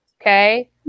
okay